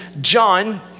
john